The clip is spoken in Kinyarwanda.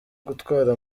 gutwara